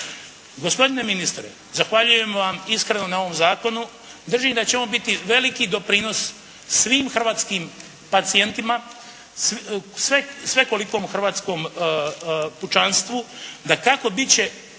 gospodine ministre zahvaljujem vam iskreno na ovom zakonu. Držim da će on biti veliki doprinos svim hrvatskim pacijentima. Svekolikom hrvatskom pučanstvu. Dakako bit će